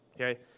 Okay